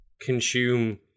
consume